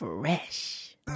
fresh